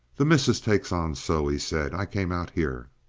the missus takes on so, he said. i came out here.